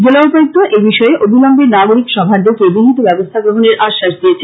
জেলা উপায়ুক্ত এব্যাপারে অবিলম্বে নাগরিক সভা ডেকে বিহিত ব্যবস্থা গ্রহনের আশ্বাস দিয়েছেন